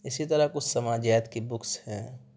اسی طرح کچھ سماجیات کی بکس ہیں